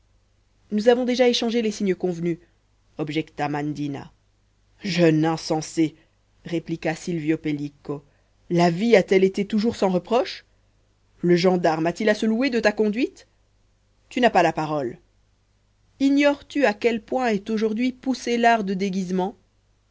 nous avons déjà échangé les signes convenus objecta mandina jeune insensée répliqua silvio pellico la vie a-t-elle été toujours sans reproches le gendarme a-t-il à se louer de ta conduite tu n'as pas la parole ignores-tu à quel point est aujourd'hui poussé l'art de déguisement